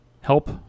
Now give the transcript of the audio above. help